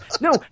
No